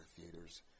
theaters